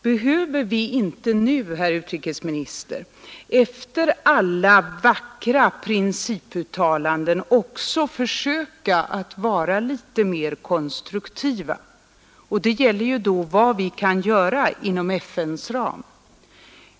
Behöver vi inte nu, herr utrikesminister, efter alla vackra principuttalanden, också försöka att vara litet mer konstruktiva? Det gäller då vad vi kan göra inom FN:s ram.